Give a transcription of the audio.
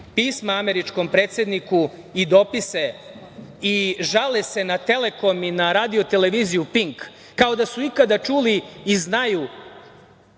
pisma američkom predsedniku i dopise i žale se na „Telekom“ i na Televiziju „Pink“ kao da su ikada čuli i znaju